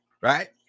right